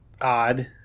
Odd